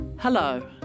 Hello